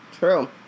True